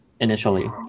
initially